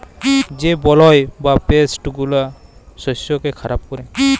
যে বালাই বা পেস্ট গুলা শস্যকে খারাপ ক্যরে